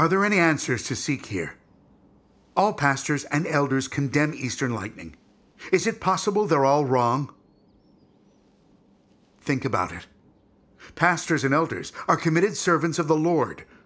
are there any answers to seek here all pastors and elders condemn eastern lightning is it possible they're all wrong think about it pastors and elders are committed servants of the lord